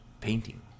painting